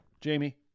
Jamie